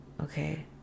Okay